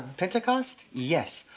pentecost? yes,